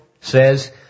says